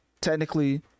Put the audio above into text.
technically